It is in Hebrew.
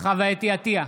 חוה אתי עטייה,